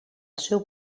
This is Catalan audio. seu